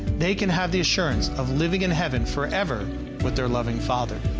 they can have the assurance of living in heaven forever with their loving father.